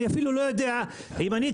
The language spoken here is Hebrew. אני אפילו לא יודע אם אני,